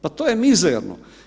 Pa to je mizerno.